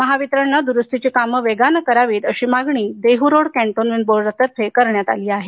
महावितरणने द्रुस्तीची कामे वेगाने करावीत अशी मागणी देहरोड कॅन्टोन्मेंट बोर्डातर्फे करण्यात आली आहे